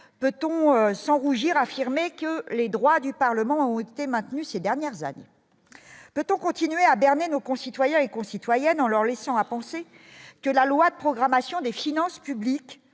peut-on sans rougir, affirmait que les droits du Parlement où était maintenu ces dernières années, peut-on continuer à Berne et nos concitoyens et concitoyennes en leur laissant à penser que la loi de programmation des finances publiques,